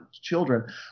children